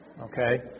okay